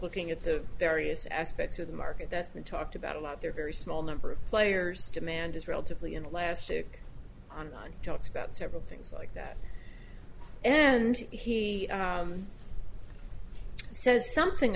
looking at the various aspects of the market that's been talked about a lot they're very small number of players demand is relatively elastic on jokes about several things like that and he so something